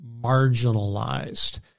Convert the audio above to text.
marginalized